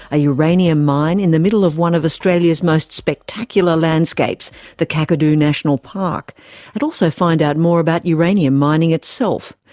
a uranium mine in the middle of one of australia's most spectacular landscapes the kakadu national park and also find out more about uranium mining itself.